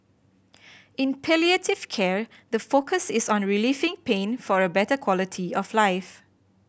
in palliative care the focus is on relieving pain for a better quality of life